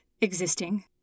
existing